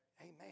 Amen